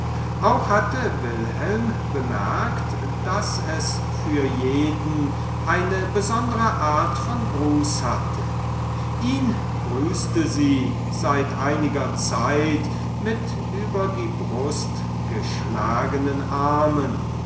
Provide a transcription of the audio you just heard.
auch hatte wilhelm bemerkt daß es für jeden eine besondere art von gruß hatte ihn grüßte sie seit einiger zeit mit über die brust geschlagenen armen